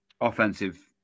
offensive